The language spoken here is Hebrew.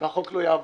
והחוק לא יעבור.